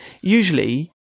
usually